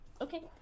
Okay